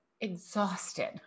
exhausted